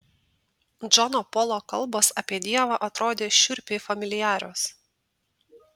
džono polo kalbos apie dievą atrodė šiurpiai familiarios